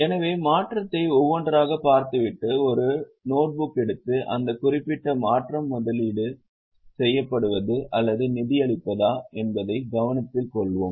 எனவே மாற்றத்தை ஒவ்வொன்றாகப் பார்த்துவிட்டு ஒரு நோட்புக் எடுத்து அந்த குறிப்பிட்ட மாற்றம் முதலீடு செய்யப்படுவது அல்லது நிதியளிப்பதா என்பதைக் கவனத்தில் கொள்வோம்